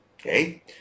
okay